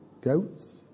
goats